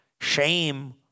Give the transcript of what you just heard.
Shame